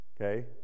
Okay